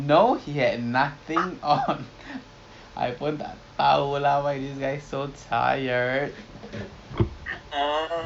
no he had nothing I pun tak tahu lah why he so tired